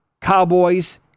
Cowboys